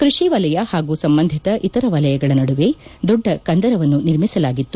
ಕೃಷಿ ವಲಯ ಹಾಗೂ ಸಂಬಂಧಿತ ಇತರ ವಲಯಗಳ ನಡುವೆ ದೊಡ್ಡ ಕಂದರವನ್ನು ನಿರ್ಮಿಸಲಾಗಿತ್ತು